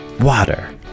water